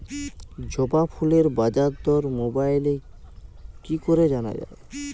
জবা ফুলের বাজার দর মোবাইলে কি করে জানা যায়?